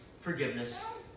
forgiveness